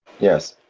yes.